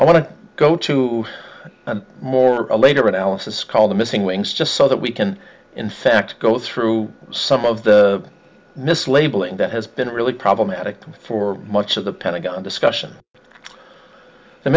i want to go to more later analysis called the missing wings just so that we can in fact go through some of the mislabeling that has been really problematic for much of the pentagon discussion the